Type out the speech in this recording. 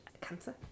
cancer